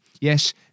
yes